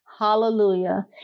hallelujah